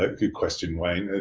ah good question wayne.